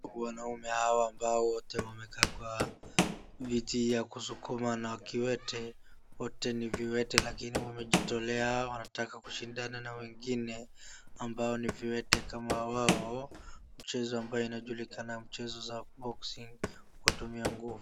Wanaume hawa wote ambao wamekaa kwa viti ya kusukuma na kiwete. Wote ni viwete lakini wamejitolea wanataka kushindana na wengine ambao ni viwete kama wao mchezo ambaye inajulikana mchezo za boxing kutumia nguvu.